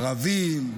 ערבים,